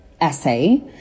essay